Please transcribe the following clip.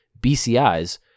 BCIs